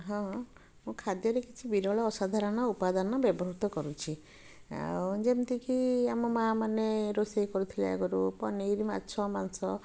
ହଁ ମୁଁ ଖାଦ୍ୟରେ କିଛି ବିରଳ ଅସାଧାରଣ ଉପାଦାନ ବ୍ୟବହୃତ କରୁଛି ଆଉ ଯେମିତିକି ଆମ ମାଆମାନେ ରୋଷେଇ କରୁଥିଲେ ଆଗରୁ ପନିର ମାଛ ମାଂସ